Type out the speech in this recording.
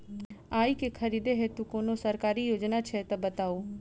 आइ केँ खरीदै हेतु कोनो सरकारी योजना छै तऽ बताउ?